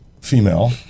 female